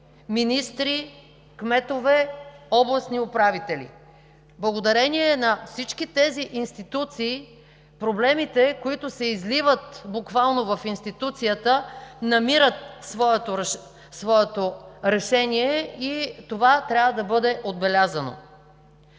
министри, кметове, областни управители. Благодарение на всички тези институции проблемите, които буквално се изливат в институцията, намират своето решение и това трябва да бъде отбелязано.